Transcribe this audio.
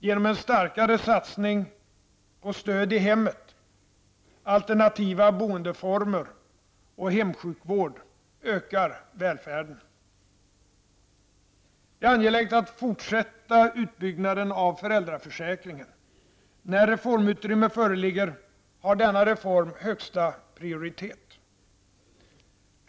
Genom en starkare satsning på stöd i hemmet, alternativa boendeformer och hemsjukvård ökar välfärden. Det är angeläget att fortsätta utbyggnaden av föräldraförsäkringen. När reformutrymme föreligger har denna reform högsta prioritet.